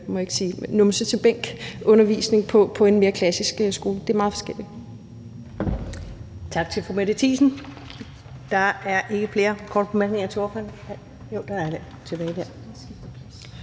numse til bænk-undervisning på en mere klassisk skole. Det er meget forskelligt.